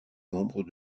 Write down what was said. nombres